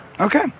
Okay